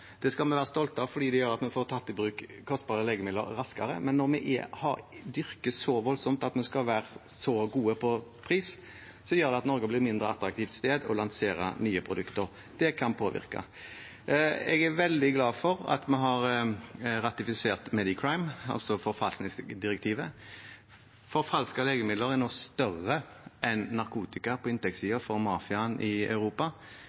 Det skal vi være stolte av fordi det gjør at vi får tatt i bruk kostbare legemidler raskere. Men når vi dyrker så voldsomt det at vi skal være så gode på pris, gjør det at Norge blir et mye mindre attraktivt sted å lansere nye produkter, og det kan påvirke. Jeg er veldig glad for at vi har ratifisert MEDICRIME, forfalskningsdirektivet. Forfalskede legemidler er nå større enn narkotika på inntektssiden for mafiaen i Europa